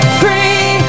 free